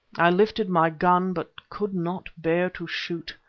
i lifted my gun, but could not bear to shoot.